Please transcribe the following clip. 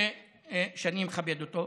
שאני מכבד אותו,